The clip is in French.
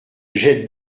jette